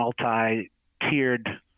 multi-tiered